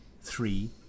three